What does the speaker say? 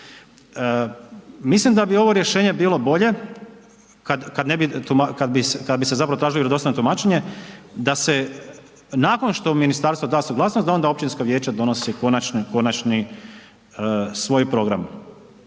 Mislim da bi ovo rješenje bilo bolje kada bi se tražilo vjerodostojno tumačenje da se nakon što ministarstvo da suglasnost da onda općinsko vijeće donosi konačni svoj program.